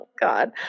God